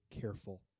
careful